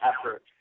effort